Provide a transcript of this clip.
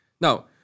Now